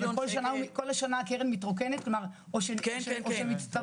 אבל כל השנה הקרן מתרוקנת, או שמצטברים בה כספים?